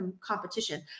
competition